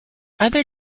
other